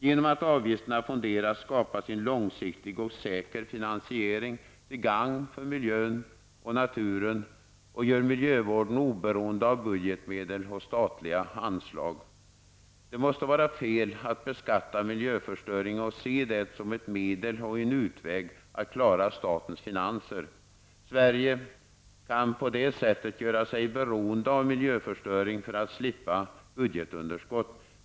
Genom att avgifterna fonderas skapas en långsiktig och säker finansiering till gagn för miljön och naturen. Detta gör miljövården oberoende av budgetmedel och statliga anslag. Det måste val fel att beskatta miljöförstöring och se det som ett medel och en utväg att klara statens finanser. Sverige kan på det sättet göra sig beroende av miljöförstöring för att slippa budgetunderskott.